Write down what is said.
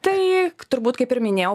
tai turbūt kaip ir minėjau